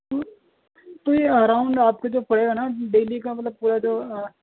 تو تو یہ اراؤنڈ آپ کے جو پڑے گا نا ڈیلی کا مطلب پورا جو